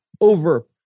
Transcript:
over